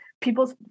people